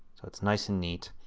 but nice and neat.